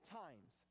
times